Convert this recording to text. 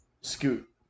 scoot